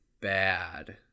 bad